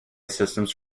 systems